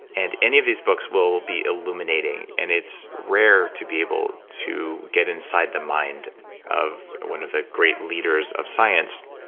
and any of these books will will be illuminating, and it's rare to be able to get inside the mind of one of the great leaders of science,